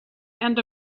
and